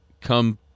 come